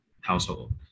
household